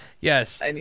Yes